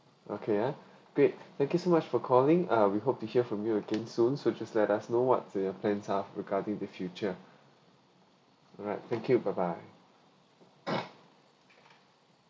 okay ah great thank you so much for calling ah we hope to hear from you again soon so just let us know what do your plans are regarding the future alright thank you bye bye